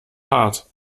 hart